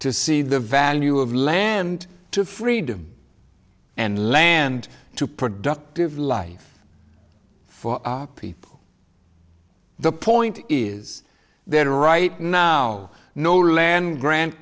to see the value of land to freedom and land to productive life for people the point is there right now no land grant